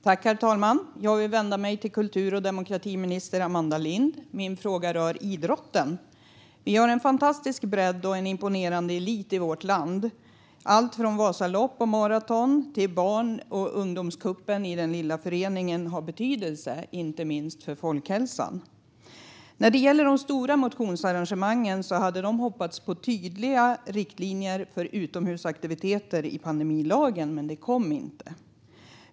Herr talman! Jag vill vända mig till kultur och demokratiminister Amanda Lind. Min fråga rör idrotten. Vi har en fantastisk bredd och en imponerande elit i vårt land. Allt från vasalopp och maraton till barn och ungdomscupen i den lilla föreningen har betydelse, inte minst för folkhälsan. När det gäller de stora motionsarrangemangen hade arrangörerna hoppats på tydliga riktlinjer för utomhusaktiviteter i pandemilagen, men det kom inte några sådana.